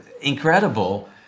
incredible